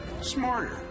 smarter